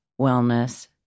wellness